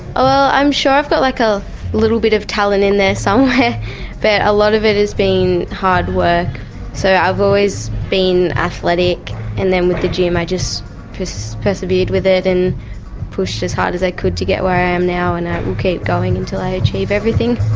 oh i'm sure i've got like a little bit of talent in there somewhere but a lot of it has been hard work so i've always been athletic and then with the gym i just just persevered with it and pushed as hard as i could to get where i am now and i will keep going until i achieve everything.